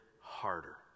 harder